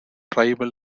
tribal